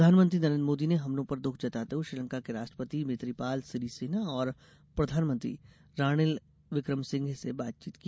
प्रधानमंत्री नरेन्द्र मोदी ने हमलों पर दुख जताते हुए श्रीलंका के राष्ट्रपति मैत्रीपाल सिरिसेना और प्रधानमंत्री राणिल विक्रमसिंघे से बातचीत की